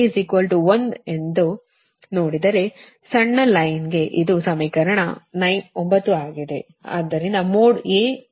ಆದ್ದರಿಂದ A 1 ಎಂದು ನೋಡಿದರೆ ಸಣ್ಣ ಸಾಲಿಗೆ ಇದು ಸಮೀಕರಣ 9 ಆಗಿದೆ